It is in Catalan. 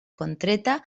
contreta